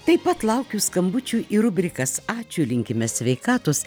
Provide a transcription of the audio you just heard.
taip pat laukiu skambučių į rubrikas ačiū linkime sveikatos